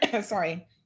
sorry